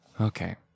Okay